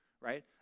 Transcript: right